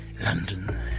London